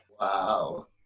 Wow